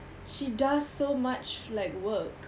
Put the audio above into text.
she does so much like work